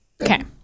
Okay